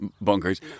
bunkers